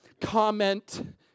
comment